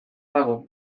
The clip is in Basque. dago